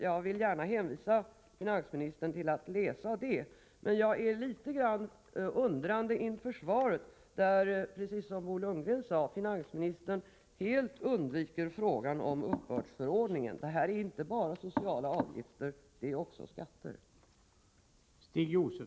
Jag vill gärna hänvisa finansministern till att läsa den motionen. Jag är litet undrande inför svaret, där — som Bo Lundgren sade — finansministern helt undviker frågan om uppbördsförordningen. Här gäller det inte bara sociala avgifter utan också skatter.